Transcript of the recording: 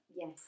Yes